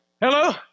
Hello